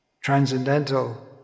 transcendental